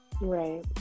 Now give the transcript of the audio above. Right